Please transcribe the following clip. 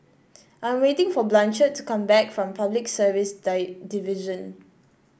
I'm waiting for Blanchard to come back from Public Service Die Division